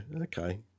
okay